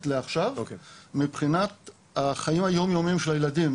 לעכשיו מבחינת החיים היומיומיים של הילדים,